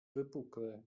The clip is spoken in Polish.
wypukle